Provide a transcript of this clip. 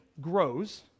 grows